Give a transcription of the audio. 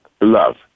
love